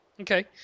Okay